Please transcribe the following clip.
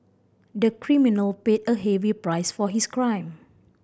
the criminal paid a heavy price for his crime